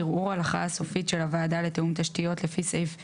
ערעור על הכרעה סופית של הוועדה לתיאום תשתיות לפי סעיף 79(ה)